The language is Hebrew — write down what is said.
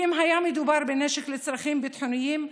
כי אם היה מדובר בנשק לצרכים ביטחוניים,